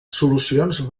solucions